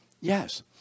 Yes